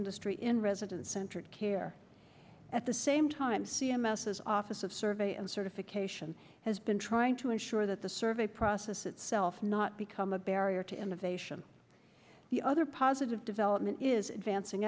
industry in residence centered care at the same time c m s is office of survey and certification has been trying to ensure that the survey process itself not become a barrier to innovation the other positive development is advancing